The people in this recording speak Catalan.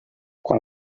quan